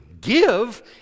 Give